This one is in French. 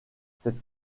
cette